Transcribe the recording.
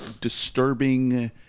disturbing